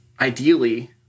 ideally